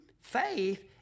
faith